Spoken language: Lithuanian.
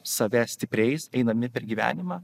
save stipriais eidami per gyvenimą